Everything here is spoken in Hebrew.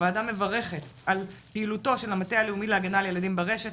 הוועדה מברכת על פעילותו של המטה הלאומי להגנה על ילדים ברשת,